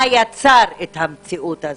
מה יצר את המציאות הזו.